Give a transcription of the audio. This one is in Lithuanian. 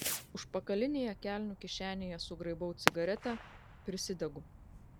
užpakalinėje kelnių kišenėje sugraibau cigaretę prisidegu